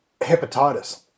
hepatitis